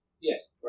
Yes